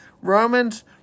Romans